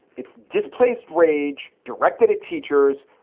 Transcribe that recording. it's displaced rage directed at teachers,